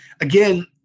again